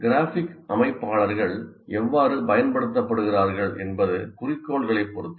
graphic அமைப்பாளர்கள் எவ்வாறு பயன்படுத்தப்படுகிறார்கள் என்பது குறிக்கோளைப் பொறுத்தது